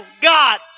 God